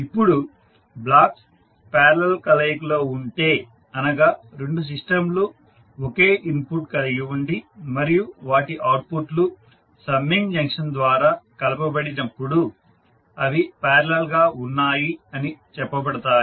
ఇప్పుడు blocks parallel కలయికలో ఉంటే అనగా రెండు సిస్టంలు ఒకే ఇన్పుట్ కలిగి ఉండి మరియు వాటి అవుట్పుట్ లు సమ్మింగ్ జంక్షన్ ద్వారా కలపబడినప్పుడు అవి పారలల్ గా ఉన్నాయి అని చెప్పబడతాయి